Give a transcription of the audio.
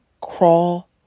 crawl